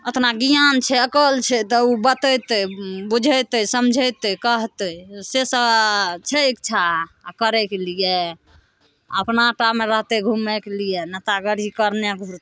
ओतना ज्ञान छै अकल छै तऽ ओ बतेतै बुझेतै समझेतै कहतै से सब छै इच्छा आ करैके लिए अपना ता मे रहतै घुमै के लिए नेतागरी करने घुरतै